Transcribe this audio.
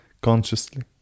consciously